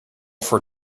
for